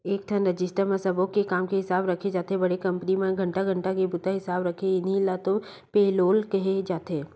एकठन रजिस्टर म सब्बो के काम के हिसाब राखे जाथे बड़े कंपनी म घंटा घंटा के बूता हिसाब राखथे इहीं ल तो पेलोल केहे जाथे